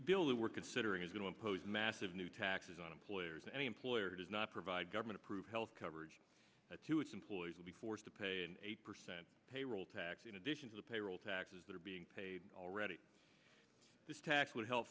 that we're considering is going to impose massive new taxes on employers any employer does not provide government approved health coverage to its employees will be forced to pay an eight percent payroll tax in addition to the payroll taxes that are being paid already this tax would help